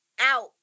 out